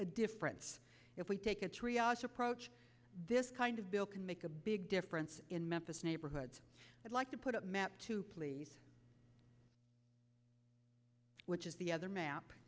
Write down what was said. a difference if we take a triage approach this kind of bill can make a big difference in memphis neighborhoods i'd like to put up a map to please which is the other map